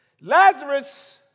Lazarus